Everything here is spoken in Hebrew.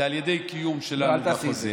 זה על ידי קיום שלנו את החוזה.